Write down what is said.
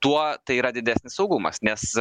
tuo tai yra didesnis saugumas nes